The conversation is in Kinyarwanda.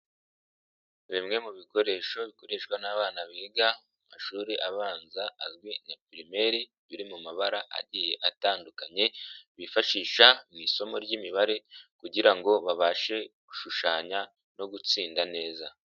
Bimwe mu bikoresho bikoreshwa n'abana biga mu mashuri abanza azwi nka pirimeri, biri mu mabara agiye atandukanye, bifashisha mu isomo ry'imibare kugira ngo babashe gushushanya no gutsinda neza.